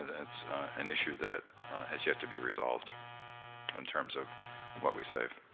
it's an issue that has yet to be resolved in terms of what we save.